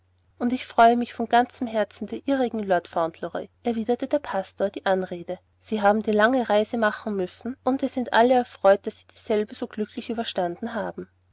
und ich freue mich von ganzem herzen der ihrigen lord fauntleroy erwiderte der pastor die anrede sie haben eine lange reise machen müssen und wir sind alle erfreut daß sie dieselbe so glücklich überstanden haben